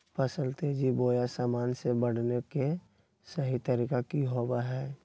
फसल तेजी बोया सामान्य से बढने के सहि तरीका कि होवय हैय?